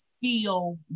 feel